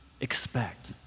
expect